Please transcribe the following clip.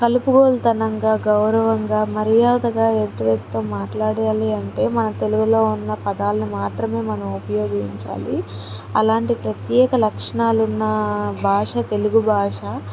కలుపుగోలుతనంగా గౌరవంగా మర్యాదగా ఎదుటి వ్యక్తితో మాట్లాడాలి అంటే మన తెలుగులో ఉన్న పదాలు మాత్రమే మనం ఉపయోగించాలి అలాంటి ప్రత్యేక లక్షణాలు ఉన్న భాషే తెలుగు భాష